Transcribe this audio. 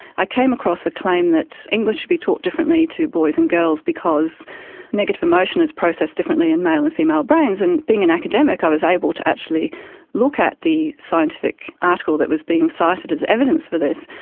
i came across a claim that english be taught differently to boys and girls because negative emotion is processed differently in male and female brains and, being an academic, i was able to actually look at the scientific article that was being cited as evidence for this,